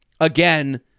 again